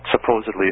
supposedly